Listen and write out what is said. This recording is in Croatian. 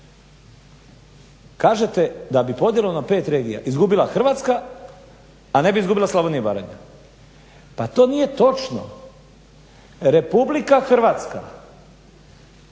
kažete da bi podjelom na 5 regija izgubila Hrvatska, a ne bi izgubila Slavonija i Baranja. Pa to nije točno, RH, za